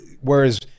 Whereas